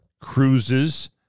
cruises